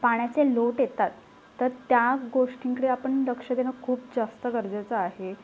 पाण्याचे लोट येतात तर त्या गोष्टींकडे आपण लक्ष देणं खूप जास्त गरजेचं आहे